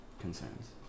concerns